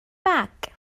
bag